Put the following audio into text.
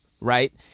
right